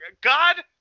God –